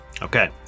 okay